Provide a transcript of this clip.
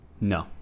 No